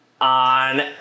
on